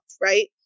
right